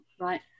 Right